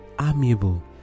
amiable